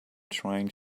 trying